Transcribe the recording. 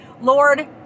lord